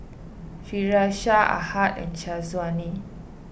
Firash Ahad and Syazwani